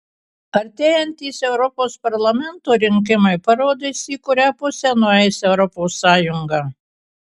artėjantys europos parlamento rinkimai parodys į kurią pusę nueis europos sąjunga